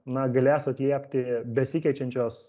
na galės atliepti besikeičiančios